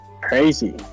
crazy